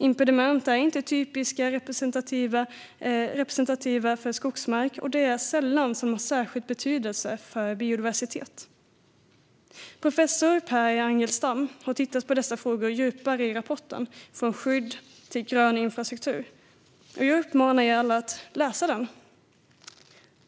Impediment är inte typiska och representativa för skogsmark, och det är sällan som de är av särskild betydelse för biodiversitet. Professor Per Angelstam har tittat djupare på dessa frågor i rapporten Från skydd av skog till grön infrastruktur . Jag uppmanar er alla att läsa den.